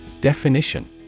Definition